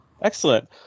Excellent